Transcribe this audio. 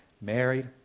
married